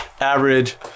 Average